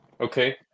okay